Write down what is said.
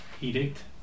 edict